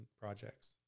projects